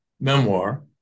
memoir